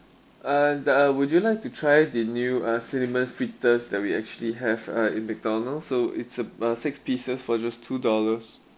uh th~ uh would you like to try the new uh cinnamon fritters that we actually have uh in macdonalds so it's ab~ uh six pieces for just two dollars